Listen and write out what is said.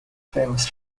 famous